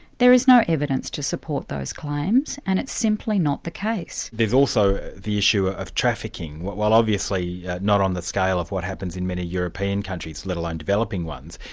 there is no evidence to support those claims, and it's simply not the case. there's also the issue ah of trafficking, well obviously not on the scale of what happens in many european countries, let alone developing ones,